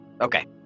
Okay